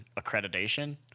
accreditation